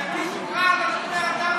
אתה מבין את הפרדוקס?